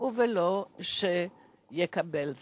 וללא שיקבל זאת.